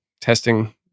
testing